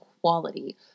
quality